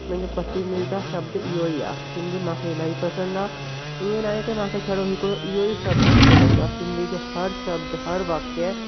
मुंहिंजो पसंदीदा शब्द इहो ई आहे सिंधी मूंखे इलाही पसंदि आहे ईअं न आहे की मूंखे छड़ो हिकिड़ो इहो ई शब्द सुठो लॻंदो आहे सिंधी जो हर शब्द हर वाक्य